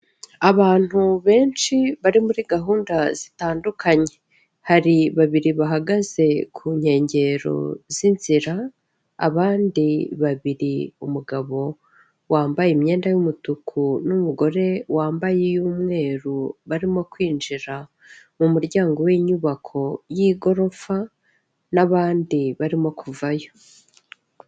Abantu benshi bari muri gahunda zitandukanye, hari babiri bahagaze ku nkengero z'inzira, abandi babiri umugabo wambaye imyenda y'umutuku n'umugore wambayey'umweruru, barimo kwinjira mu muryango w'inyubako y'igorofa n'abandi barimo kuvayo.